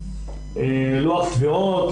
לוח תביעות,